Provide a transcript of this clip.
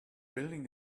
building